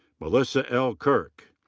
melissa l. kirk.